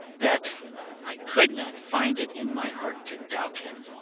that i could not find it in my heart to doubt him.